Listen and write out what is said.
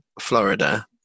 Florida